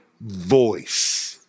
voice